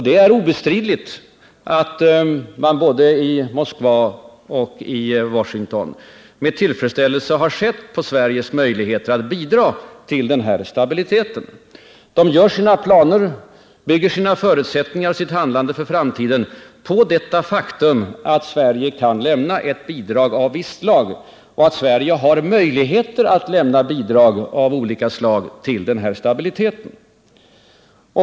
Det är obestridligt att man både i Moskva och i Washington med tillfredsställelse har sett på Sveriges möjligheter att bidra till stabiliteten. Man gör där sina planer och bygger förutsättningarna för sitt handlande i framtiden på det faktum att Sverige har möjlighet att lämna bidrag av olika slag till denna stabilitet.